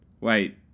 wait